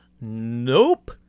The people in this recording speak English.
Nope